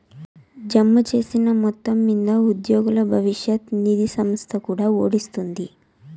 జమచేసిన మొత్తం మింద ఉద్యోగుల బవిష్యత్ నిది సంస్త కూడా ఒడ్డీ ఇస్తాది